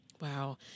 Wow